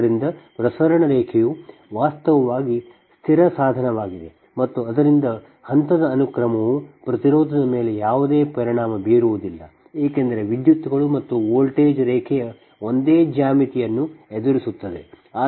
ಆದ್ದರಿಂದ ಪ್ರಸರಣ ರೇಖೆಯು ವಾಸ್ತವವಾಗಿ ಸ್ಥಿರ ಸಾಧನವಾಗಿದೆ ಮತ್ತು ಆದ್ದರಿಂದ ಹಂತದ ಅನುಕ್ರಮವು ಪ್ರತಿರೋಧದ ಮೇಲೆ ಯಾವುದೇ ಪರಿಣಾಮ ಬೀರುವುದಿಲ್ಲ ಏಕೆಂದರೆ ವಿದ್ಯುತ್ಗಳು ಮತ್ತು ವೋಲ್ಟೇಜ್ ರೇಖೆಯ ಒಂದೇ ಜ್ಯಾಮಿತಿಯನ್ನು ಎದುರಿಸುತ್ತವೆ